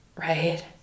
right